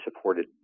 supported